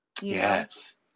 Yes